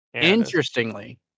Interestingly